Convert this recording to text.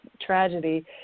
tragedy